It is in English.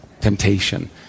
temptation